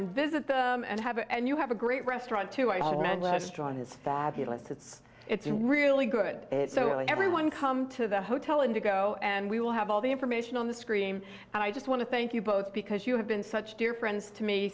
and visit and have and you have a great restaurant to a restaurant his fabulous it's it's really good so everyone come to the hotel and you go and we will have all the information on the screen and i just want to thank you both because you have been such dear friends to me